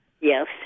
Yes